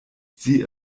sie